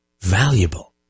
valuable